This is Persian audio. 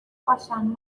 باشن